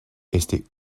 este